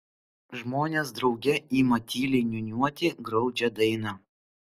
žmonės drauge ima tyliai niūniuoti graudžią dainą